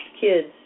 kids